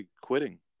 quitting